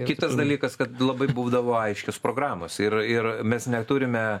kitas dalykas kad labai būdavo aiškios programos ir ir mes neturime